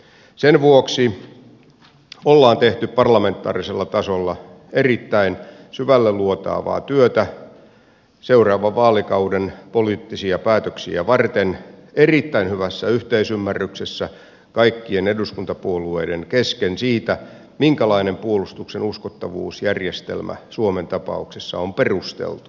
sen vuoksi on tehty parlamentaarisella tasolla erittäin syvälle luotaavaa työtä seuraavan vaalikauden poliittisia päätöksiä varten erittäin hyvässä yhteisymmärryksessä kaikkien eduskuntapuolueiden kesken siitä minkälainen puolustuksen uskottavuusjärjestelmä suomen tapauksessa on perusteltu